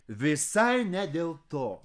visai ne dėl to